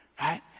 Right